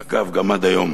אגב, גם עד היום,